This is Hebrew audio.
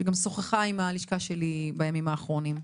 שגם שוחחה עם הלשכה שלי בימים האחרונים,